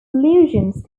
solutions